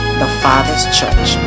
thefatherschurch